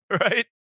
Right